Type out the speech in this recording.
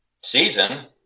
season